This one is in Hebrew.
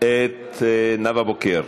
את נאוה בוקר.